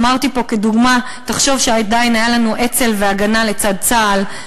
אמרתי פה כדוגמה: תחשוב שעדיין היו לנו אצ"ל ו"ההגנה" לצד צה"ל.